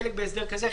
חלק בהסדר כזה,